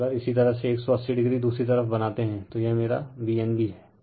तो अगर इसी तरह से 180o दूसरी तरफ बनाते हैं तो यह मेरा Vnb है